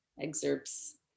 excerpts